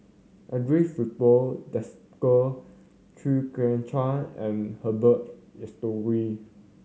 Andre Filipe Desker Chew Kheng Chuan and Herbert Eleuterio